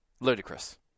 Ludicrous